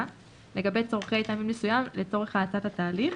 לגבי צרכי תלמיד מסוים לצורך האצת התהליך,